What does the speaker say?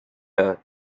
her